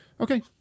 Okay